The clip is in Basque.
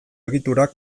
egiturak